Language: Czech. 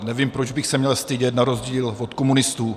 Nevím, proč bych se měl stydět na rozdíl od komunistů.